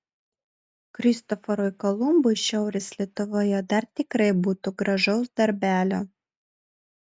kristoforui kolumbui šiaurės lietuvoje dar tikrai būtų gražaus darbelio